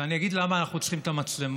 ואני אגיד למה אנחנו צריכים את המצלמות.